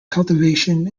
cultivation